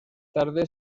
tarde